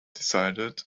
decided